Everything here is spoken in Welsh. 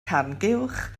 carnguwch